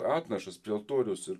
atnašas prie altoriaus ir